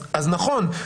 אז נכון,